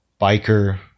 biker